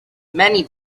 many